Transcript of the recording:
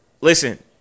listen